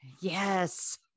Yes